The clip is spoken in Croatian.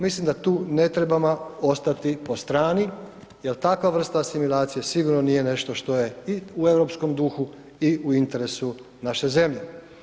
Mislim da tu ne trebamo ostati po strani jel takva vrsta asimilacije sigurno nije nešto što je i u europskom duhu i u interesu naše zemlje.